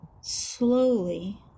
slowly